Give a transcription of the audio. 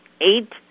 eight